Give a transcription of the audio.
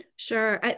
Sure